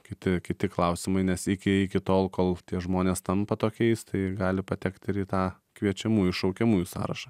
kiti kiti klausimai nes iki iki tol kol tie žmonės tampa tokiais tai gali patekt ir į tą kviečiamųjų šaukiamųjų sąrašą